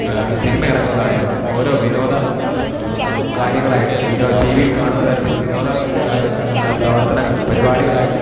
cinema ഇറങ്ങുന്നതായാലും ഓരോ വിനോദ കാര്യങ്ങളായിട്ട് വിനോ ടി വിയിൽ കാണുന്ന തരത്തിൽ വിനോദ കാര്യം പ്രവർത്തനങ്ങൾ പരിപാടികളായിട്ടും